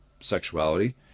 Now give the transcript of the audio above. sexuality